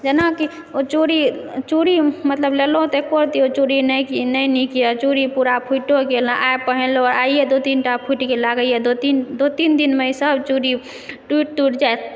जेनाकि ओ चूड़ी चूड़ी मतलब लेलहुँ तऽ एको रति ओ चूड़ी नहि नीक यऽ चूड़ी पूरा फुटिओ गेल हँ आइ पहिनलहुँ आइए दू तीनटा फुटि गेल लागयए दू तीन दिनमे ईसभ चूड़ी टुटि टुटि जायत